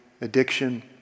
addiction